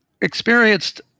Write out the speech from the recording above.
experienced